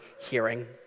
hearing